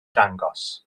dangos